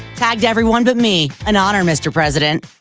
tagged everyone but me. an honor, mister president.